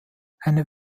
eine